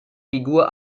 figur